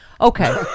Okay